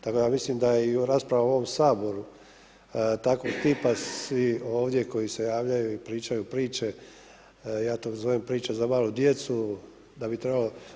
Tako da mislim da i u raspravama u ovom Saboru takvog tipa svi ovdje koji se javljaju i pričaju priče, ja to zovem priče za malu djecu, da bi trebalo.